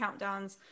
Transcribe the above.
countdowns